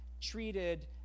treated